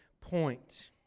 point